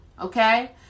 Okay